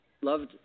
loved